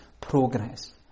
progress